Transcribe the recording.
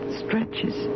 stretches